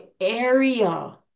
area